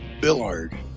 Billard